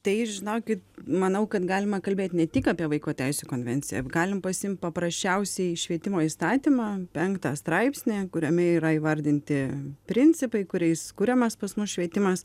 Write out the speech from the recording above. tai žinokit manau kad galima kalbėti ne tik apie vaiko teisių konvenciją galim pasiimt paprasčiausiai švietimo įstatymą penktą straipsnį kuriame yra įvardinti principai kuriais kuriamas pas mus švietimas